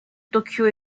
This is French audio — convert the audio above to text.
tokyo